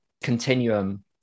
continuum